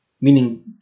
Meaning